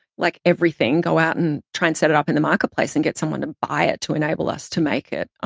like everything, go out and try and set it up in the marketplace and get someone to buy it, to enable us to make it.